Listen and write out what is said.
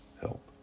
help